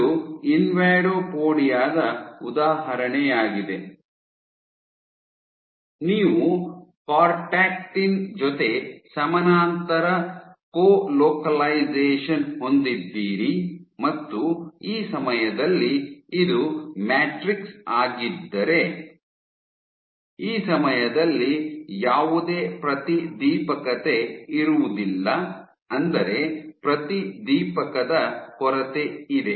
ಇದು ಇನ್ವಾಡೋಪೊಡಿಯಾ ದ ಉದಾಹರಣೆಯಾಗಿದೆ ನೀವು ಕೊರ್ಟಾಕ್ಟಿನ್ ಜೊತೆ ಸಮಾನಾಂತರ ಕೋಲೋಕಲೈಸೇಶನ್ ಹೊಂದಿದ್ದೀರಿ ಮತ್ತು ಈ ಸಮಯದಲ್ಲಿ ಇದು ಮ್ಯಾಟ್ರಿಕ್ಸ್ ಆಗಿದ್ದರೆ ಈ ಸಮಯದಲ್ಲಿ ಯಾವುದೇ ಪ್ರತಿದೀಪಕತೆ ಇರುವುದಿಲ್ಲ ಅಂದರೆ ಪ್ರತಿದೀಪಕದ ಕೊರತೆ ಇದೆ